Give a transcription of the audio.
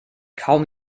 kaum